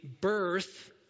birth